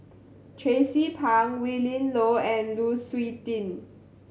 Tracie Pang Willin Low and Lu Suitin